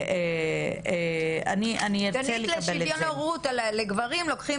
אני הייתי עדינה בתגובות שלי כשביקשו